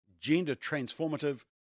gender-transformative